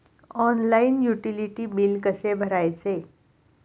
Online utility बिले कसे भरायचे?